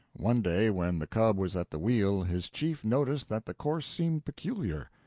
one day when the cub was at the wheel his chief noticed that the course seemed peculiar.